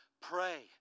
Pray